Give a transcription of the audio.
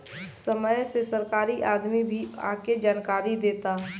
समय से सरकारी आदमी भी आके जानकारी देता